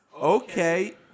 okay